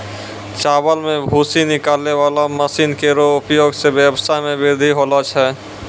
चावल सें भूसी निकालै वाला मसीन केरो उपयोग सें ब्यबसाय म बृद्धि होलो छै